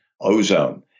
ozone